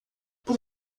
por